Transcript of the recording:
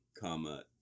comma